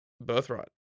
Birthright